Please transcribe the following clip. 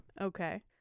Okay